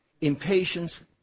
impatience